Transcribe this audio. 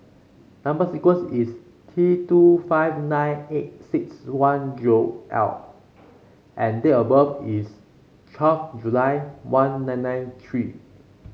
number sequence is T two five nine eight six one zero L and date of birth is twelfth July one nine nine three